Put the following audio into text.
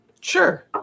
Sure